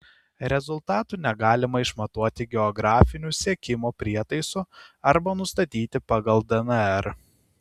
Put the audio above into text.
rezultatų negalima išmatuoti geografiniu sekimo prietaisu arba nustatyti pagal dnr